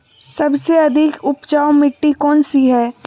सबसे अधिक उपजाऊ मिट्टी कौन सी हैं?